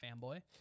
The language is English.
fanboy